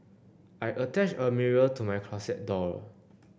I attached a mirror to my closet door